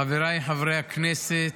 חבריי חברי הכנסת,